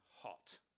hot